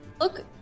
look